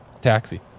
taxi